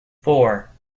four